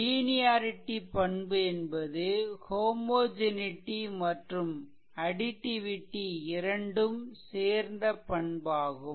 linearity பண்பு என்பது homogeneity மற்றும் அடிட்டிவிடிhomogeneityadditivity இரண்டும் சேர்ந்த பண்பாகும்